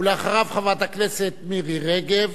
ואחריו, חברת הכנסת מירי רגב.